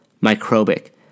Microbic